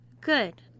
good